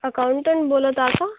accountant बोलत आहात का